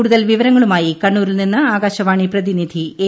കൂടുതൽ വിവരങ്ങളുമായി കണ്ണൂരിൽ നിന്ന് ആകാശവാണി പ്രതിനിധി കെ